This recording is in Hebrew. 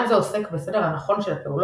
עולם זה עוסק בסדר הנכון של הפעולות,